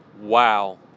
wow